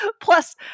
Plus